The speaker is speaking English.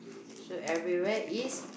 so everywhere is